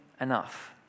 Enough